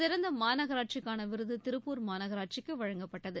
சிறந்த மாநகராட்சிக்கான விருது திருப்பூர் மாநகராட்சிக்கு வழங்கப்பட்டது